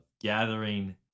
gathering